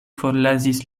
forlasis